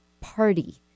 party